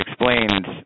explains